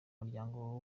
muryango